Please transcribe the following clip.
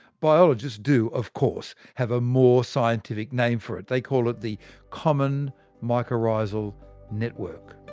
biologists do of course have a more scientific name for it they call it the common mycorrhizal network.